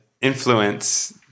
influence